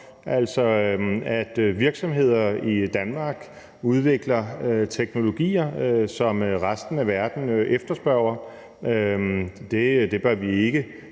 Altså, at virksomheder i Danmark udvikler teknologier, som resten af verden efterspørger, bør vi ikke